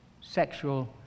sexual